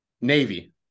Navy